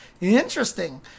Interesting